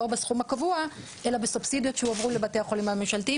לא בסכום הקבוע אלא בסובסידיות שהועברו לבתי החולים הממשלתיים,